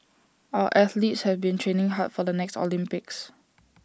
our athletes have been training hard for the next Olympics